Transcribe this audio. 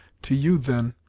to you, then,